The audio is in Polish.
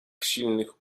silnych